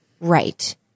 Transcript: right